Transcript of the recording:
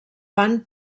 van